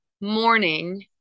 morning